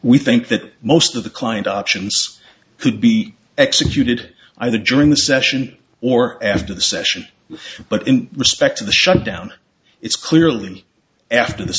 we think that most of the client options could be executed either during the session or after the session but in respect to the shutdown it's clearly after th